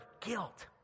guilt